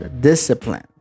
discipline